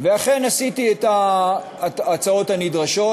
ואכן עשיתי את ההתאמות הנדרשות,